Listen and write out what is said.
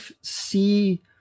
see